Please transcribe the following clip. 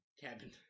Cabin